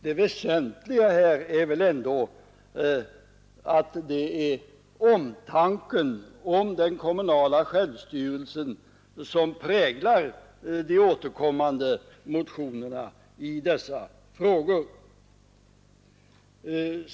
Det väsentliga är väl ändå att det är omtanken om den kommunala självstyrelsen som präglar de återkommande motionerna i dessa frågor.